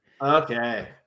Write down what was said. Okay